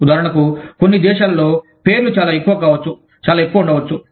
ఉదాహరణకు కొన్ని దేశాలలో పేర్లు చాలా ఎక్కువ కావచ్చు చాలా ఎక్కువ ఉండవచ్చు